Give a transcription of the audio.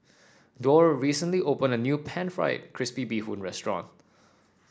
Dorr recently opened a new pan fried crispy Bee Hoon restaurant